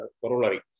corollary